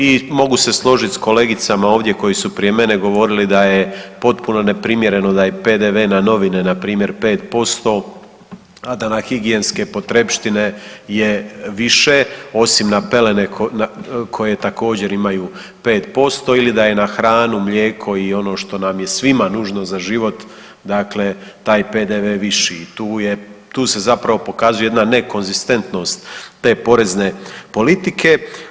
I mogu se složiti s kolegicama ovdje koje su prije mene govorile da je potpuno neprimjereno da je PDV-e na novine npr. 5%, a da na higijenske potrepštine je više osim na pelene koje također imaju 5%, ili da je na hranu, mlijeko i ono što nam je svima nužno za život taj PDV-e viši i tu se zapravo pokazuje jedna nekonzistentnost te porezne politike.